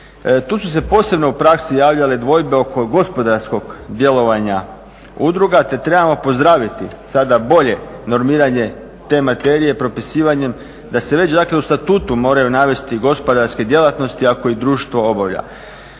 Tu su se posebno u praksi javljale dvojbe oko gospodarskog djelovanja udruga te trebamo pozdraviti sada bolje normiranje te materije propisivanjem da se već dakle u statutu moraju navesti gospodarske djelatnosti ako ih društvo obavlja.